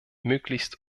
möglichst